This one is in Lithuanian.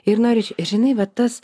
ir na ir žinai va tas